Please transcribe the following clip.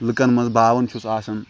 لُکَن منٛز باوان چھُس آسان